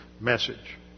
message